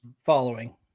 following